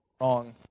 wrong